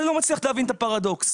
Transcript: אני לא מצליח להבין את הפרדוקס.